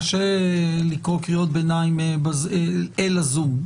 קשה לקרוא קריאות ביניים אל הזום.